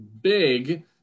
big